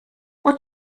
what